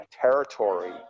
territory